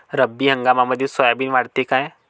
रब्बी हंगामामंदी सोयाबीन वाढते काय?